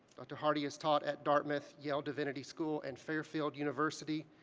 dr. hardy has taught at dartmouth, yale divinity school and fairfield university.